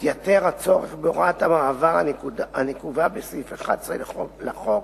מתייתר הצורך בהוראת המעבר הנקובה בסעיף 11 לחוק,